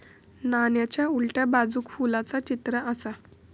नाण्याच्या उलट्या बाजूक फुलाचा चित्र आसा